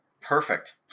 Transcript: Perfect